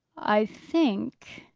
i think,